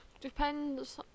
depends